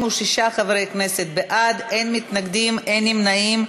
46 חברי כנסת בעד, אין מתנגדים, אין נמנעים.